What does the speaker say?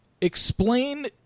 Explain